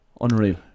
Unreal